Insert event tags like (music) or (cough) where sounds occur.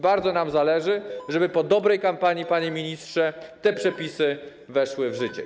Bardzo nam zależy na tym, (noise) żeby po dobrej kampanii, panie ministrze, te przepisy weszły w życie.